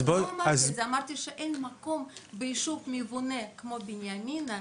אמרתי שאין מקום ביישוב מובנה כמו בנימינה.